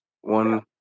one